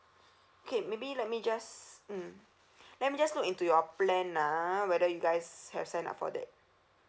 okay maybe let me just mm let me just look into your plan ah whether you guys have signed up for that